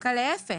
דווקא להיפך,